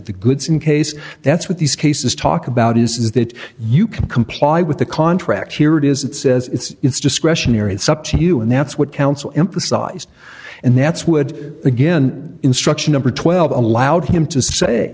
the goods in case that's what these cases talk about is that you can comply with the contract here it is it says it's discretionary it's up to you and that's what counsel emphasized and that's would again instruction number twelve allowed him to say